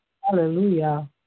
Hallelujah